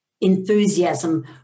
enthusiasm